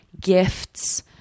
gifts